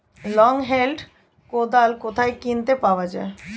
Long hand কোদাল কোথায় কিনতে পাওয়া যায়?